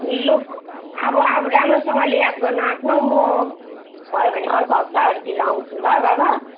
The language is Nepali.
लु अब अब राम्रोसँगले याद गर्नु आफ्नो म भयो भने अर्को हप्ताहरूतिर आउँछु ल बाबा